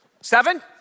Seven